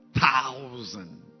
thousand